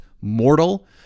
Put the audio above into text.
Mortal